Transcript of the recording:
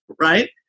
right